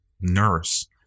nurse